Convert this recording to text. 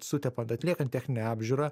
sutepant atliekant techninę apžiūrą